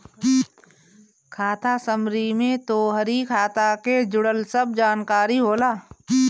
खाता समरी में तोहरी खाता के जुड़ल सब जानकारी होला